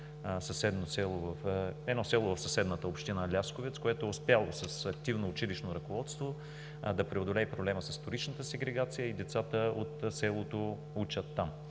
едно село в съседната община Лясковец, което е успяло с активно училищно ръководство да преодолее проблема с вторичната сегрегация и децата от селото учат там,